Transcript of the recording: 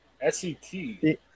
S-E-T